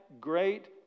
great